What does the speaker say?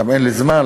גם אין לי זמן,